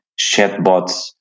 chatbots